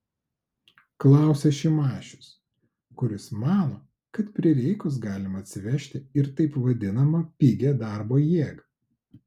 klausia šimašius kuris mano kad prireikus galima atsivežti ir taip vadinamą pigią darbo jėgą